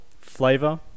flavor